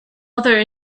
other